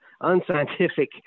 unscientific